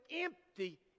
empty